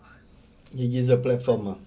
he gives a platform oh